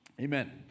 Amen